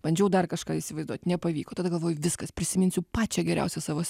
bandžiau dar kažką įsivaizduot nepavyko tada galvoju viskas prisiminsiu pačią geriausią savo s